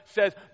says